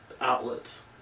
outlets